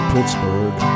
Pittsburgh